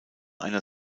einer